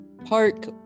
park